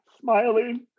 smiling